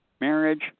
marriage